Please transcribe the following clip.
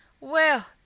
Well